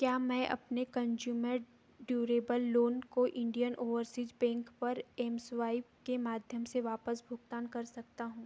क्या मैं अपने कन्ज्यूमर ड्यूरेबल लोन को इंडियन ओवरसीज़ बैंक पर एमस्वाइप के माध्यम से वापस भुगतान कर सकता हूँ